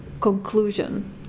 conclusion